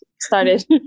started